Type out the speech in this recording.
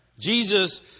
Jesus